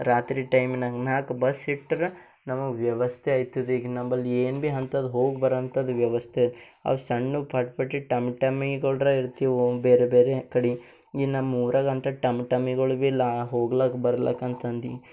ರಾತ್ರಿ ಟೈಮಿನಂಗ ನಾಲ್ಕು ಬಸ್ಸಿಟ್ರ ನಮಗೆ ವ್ಯವಸ್ಥೆ ಐತದೆ ಈಗ ನಮ್ಮಲ್ಲಿ ಏನು ಭೀ ಅಂತದ್ದು ಹೋಗಿ ಬರೋ ಅಂತದ್ದು ವ್ಯವಸ್ಥೆ ಅವರ ಸಣ್ಣ ಪಟ್ಪಟಿ ಟಂ ಟಂ ಇರ್ತೀವೋ ಬೇರೆ ಬೇರೆ ಕಡೆ ಇನ್ ನಮ್ಮೂರಾಗೆ ಅಂಥ ಟಂ ಟಮ್ಮಿಗಳು ಭೀ ಇಲ್ಲ ಹೋಗಲಕ್ಕ ಬರಲಕ್ಕ ಅಂತಂದು